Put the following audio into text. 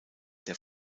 der